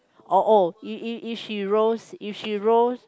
uh oh if if she rows if she rows